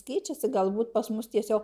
keičiasi galbūt pas mus tiesiog